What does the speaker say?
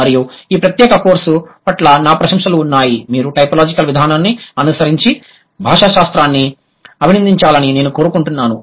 మరియు ఈ ప్రత్యేక కోర్సు పట్ల నా ప్రశంసలు ఉన్నాయి మీరు టైపోలాజికల్ విధానాన్ని అనుసరించి భాషాశాస్త్రాన్ని అభినందించాలని నేను కోరుకుంటున్నాను